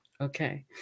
Okay